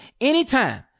anytime